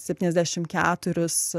septyniasdešimt keturis